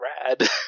rad